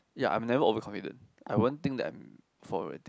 ya I'm never over confident I won't think that I'm full of everything